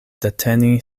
deteni